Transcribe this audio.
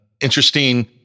interesting